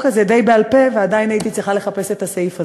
הזה די בעל-פה ועדיין הייתי צריכה לחפש את הסעיף הזה.